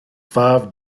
five